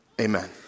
Amen